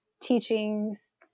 teachings